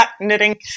knitting